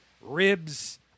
ribs